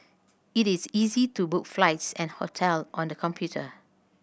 it is easy to book flights and hotel on the computer